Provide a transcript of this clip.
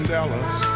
Dallas